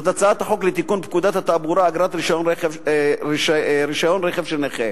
הצעת חוק לתיקון פקודת התעבורה (אגרת רשיון רכב של נכה),